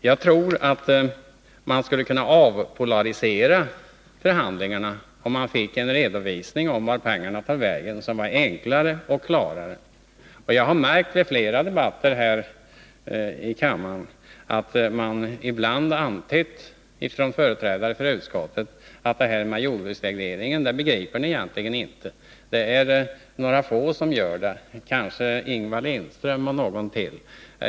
Jagtror att man skulle kunna avpolarisera förhandlingarna om man fick en redovisning av vart pengarna tar vägen som är enklare och klarare. Jag har i flera debatter här i kammaren märkt att företrädare för utskottet ibland antytt att andra egentligen inte begriper det här med jordsbruksregleringen. Det är några få som gör det — kanske Ingvar Lindström och någon till.